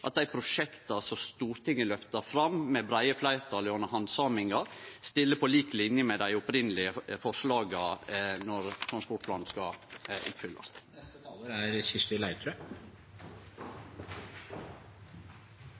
at dei prosjekta som Stortinget løfta fram med breie fleirtal gjennom handsaminga, stiller på lik linje med dei opphavlege forslaga når transportplanen skal oppfyllast.